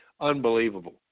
Unbelievable